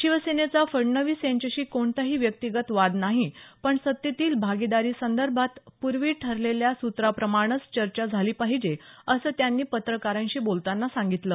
शिवसेनेचा फडणवीस यांच्याशी कोणताही व्यक्तिगत वाद नाही पण सत्तेतील भागीदारीसंदर्भात पूर्वी ठरलेल्या सुत्राप्रमाणंच चर्चा झाली पाहिजे असं त्यांनी पत्रकारांशी बोलताना सांगितलं